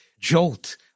jolt